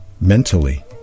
mentally